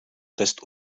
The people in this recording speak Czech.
test